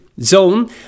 zone